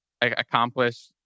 accomplish